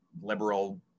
liberal